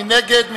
מי נגד?